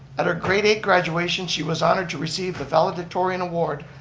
at her grade eight graduation, she was honored to receive the valedictorian award,